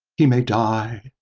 he may die.